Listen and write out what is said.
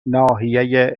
ناحیه